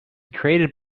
created